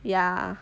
ya